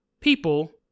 people